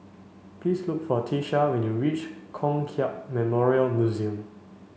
please look for Tiesha when you reach Kong Hiap Memorial Museum